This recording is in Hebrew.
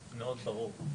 זה מאוד ברור.